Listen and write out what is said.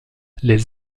les